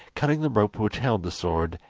cutting the rope which held the sword,